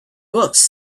books